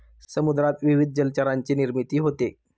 समुद्रात विविध जलचरांची निर्मिती होते